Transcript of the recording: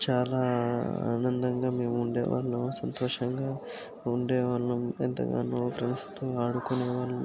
చాలా ఆనందంగా మేము ఉండే వాళ్ళం సంతోషంగా ఉండే వాళ్ళం ఎంతగానో ఫ్రెండ్స్తో ఆడుకునే వాళ్ళం